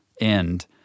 end –